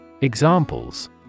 Examples